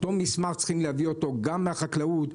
את אותו מסמך צריך להביא גם מהחקלאות,